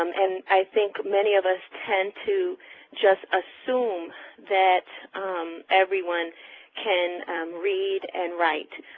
um and i think many of us tend to just assume that everyone can read and write,